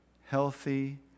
healthy